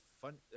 fun